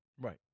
Right